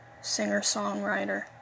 singer-songwriter